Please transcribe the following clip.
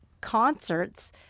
concerts